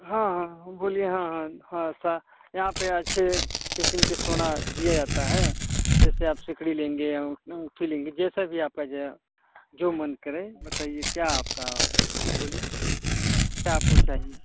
हँ हँ हँ बोलिए हँ हँ हँ सा यहाँ पे अच्छे किस्म के सोना दिया जाता है जैसे आप सिकड़ी लेंगे अंग अंगूठी लेंगे जैसे भी आपका ज जो मन करे बताइए क्या आपका बोलिए क्या आपको चाहिए